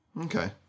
Okay